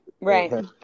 Right